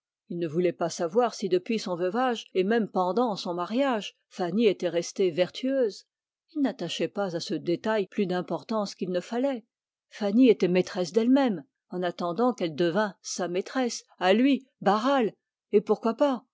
il ne voulait pas savoir si depuis son veuvage et même pendant son mariage fanny était restée vertueuse elle était maîtresse d'elle-même en attendant qu'elle devînt sa maîtresse à lui barral et pourquoi pas